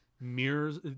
mirrors